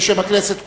בשם הכנסת כולה,